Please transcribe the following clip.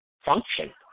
function